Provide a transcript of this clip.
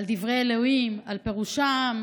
על דברי אלוהים, על פירושם.